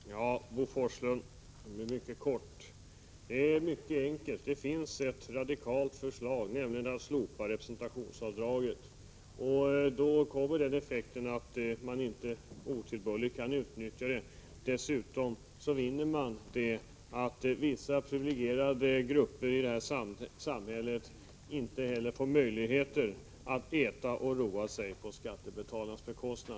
Herr talman! Till Bo Forslund vill jag säga att det hela är mycket enkelt. Det finns ett radikalt förslag, nämligen att slopa representationsavdraget. Då når man effekten att detta inte otillbörligt kan utnyttjas. Dessutom vinner man effekten att vissa privilegierade grupper i samhället inte får möjlighet att äta och roa sig på skattebetalarnas bekostnad.